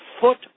foot